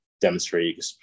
demonstrate